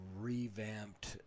revamped